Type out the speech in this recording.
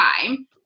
time